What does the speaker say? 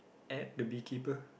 at the bee keeper